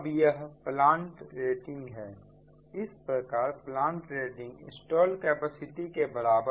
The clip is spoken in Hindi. यह प्लांट रेटिंग है इस प्रकार प्लांट रेटिंग इंस्टॉल्ड कैपेसिटी के बराबर है